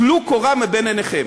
טלו קורה מבין עיניכם.